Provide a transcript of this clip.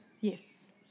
Yes